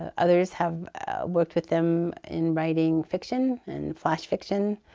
ah others have worked with them in writing fiction and flash fiction,